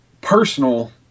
personal